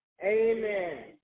Amen